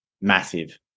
massive